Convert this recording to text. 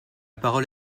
parole